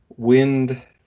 wind